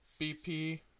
BP